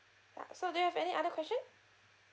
ya so do you have any other question